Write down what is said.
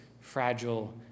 fragile